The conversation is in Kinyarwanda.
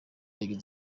yageze